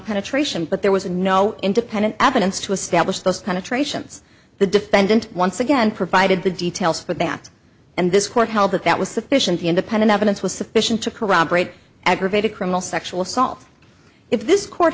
penetration but there was no independent evidence to establish those kind of tray shims the defendant once again provided the details but that and this court held that that was sufficient the independent evidence was sufficient to corroborate aggravated criminal sexual assault if this court